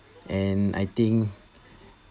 and I think